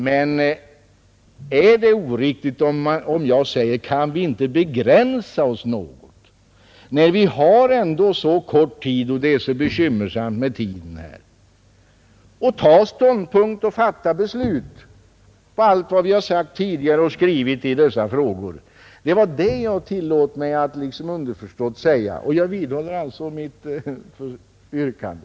Men är det oriktigt om jag säger: Kan vi inte begränsa oss något när det är så bekymmersamt med tiden här — och ta ståndpunkt och fatta beslut om allt vad vi har sagt tidigare och skrivit i dessa frågor? Det var det jag tillät mig att liksom underförstått säga. Jag vidhåller mitt yrkande.